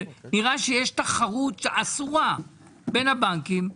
ונראה שיש תחרות עצומה בין הבנקים.